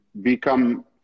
become